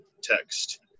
text